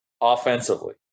offensively